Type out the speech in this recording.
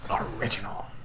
Original